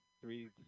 three